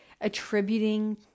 attributing